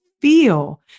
feel